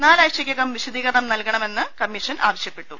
നാലാഴ്ചക്കകം വിശദീകരണം നൽകണമെന്നാണ് കമ്മീഷൻ ആവശ്യപ്പെട്ടത്